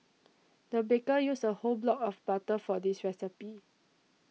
the baker used a whole block of butter for this recipe